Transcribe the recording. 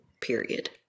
period